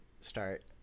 start